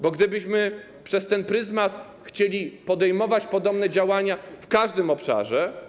Bo gdybyśmy przez ten pryzmat chcieli podejmować podobne działania w każdym obszarze.